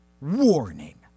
Warning